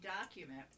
document